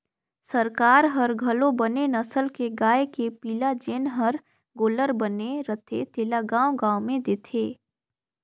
सरकार हर घलो बने नसल के गाय के पिला जेन हर गोल्लर बने रथे तेला गाँव गाँव में देथे